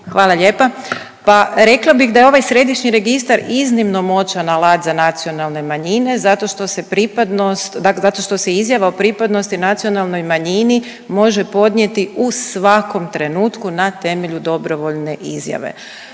Hvala lijepa. Pa rekla bih da je ovaj središnji registar iznimno moćan alat za nacionalne manjine zato što se pripadnost, zato što se izjava o pripadnosti nacionalnoj manjini može podnijeti u svakom trenutku na temelju dobrovoljne izjave.